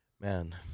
Man